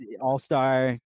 all-star